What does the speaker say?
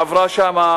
היא עברה שם,